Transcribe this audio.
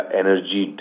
energy